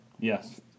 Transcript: Yes